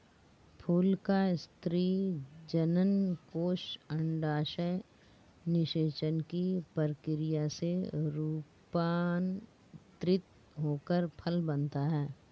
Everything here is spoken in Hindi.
फूल का स्त्री जननकोष अंडाशय निषेचन की प्रक्रिया से रूपान्तरित होकर फल बनता है